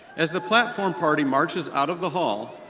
as the platform party marches out of the hall,